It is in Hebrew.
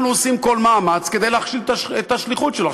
אנחנו עושים כל מאמץ כדי להכשיל את השליחות שלו.